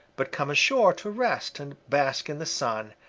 but come ashore to rest and bask in the sun,